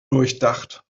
durchdacht